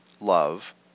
Love